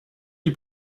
die